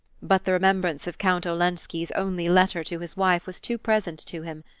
but the remembrance of count olenski's only letter to his wife was too present to him.